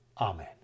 Amen